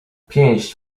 pięść